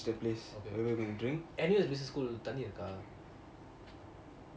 okay any of the business school தண்ணி இருக்க:thanni iruka